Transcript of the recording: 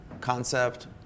concept